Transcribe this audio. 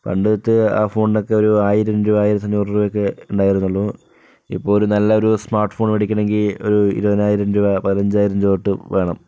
പണ്ടത്തെ ആ ഫോണിന് ഒക്കെ ആയിരം രൂപ ആയിരത്തി അഞ്ഞൂറ് രൂപയൊക്കെ ഉണ്ടായിരുന്നുള്ളു ഇപ്പൊ നല്ലൊരു സ്മാർട്ട് ഫോൺ മേടിക്കണമെങ്കിൽ ഇരുപതിനായിരം രൂപ പതിനഞ്ചായിരം തൊട്ട് വേണം